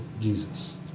Jesus